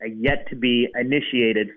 yet-to-be-initiated